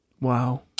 Wow